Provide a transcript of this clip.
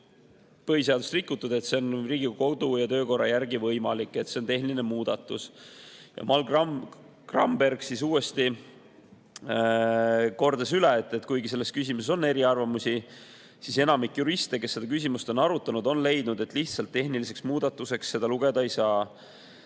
ei ole põhiseadust rikutud, sest see on Riigikogu kodu- ja töökorra järgi võimalik ja see on tehniline muudatus. Mall Gramberg kordas üle, et kuigi selles küsimuses on eriarvamusi, on enamik juriste, kes on seda küsimust arutanud, leidnud, et lihtsalt tehniliseks muudatuseks seda lugeda ei saa.